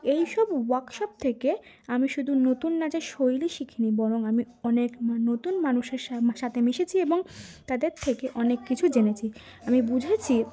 এই সব ওয়ার্কশপ থেকে আমি শুধু নতুন নাচের শৈলী শিখিনি বরং আমি অনেক নতুন মানুষের সাম সাথে মিশেছি এবং তাদের থেকে অনেক কিছু জেনেছি আমি বুঝেছি